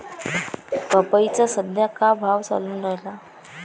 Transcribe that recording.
पपईचा सद्या का भाव चालून रायला?